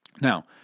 Now